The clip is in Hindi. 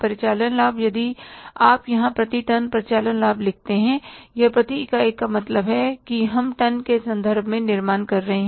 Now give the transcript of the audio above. परिचालन लाभ आप यहां प्रति टन परिचालन लाभ लिखते हैं या प्रति इकाई का मतलब है कि हम टन के संदर्भ में निर्माण कर रहे हैं